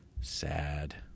Sad